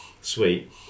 sweet